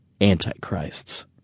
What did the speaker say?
antichrists